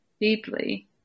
deeply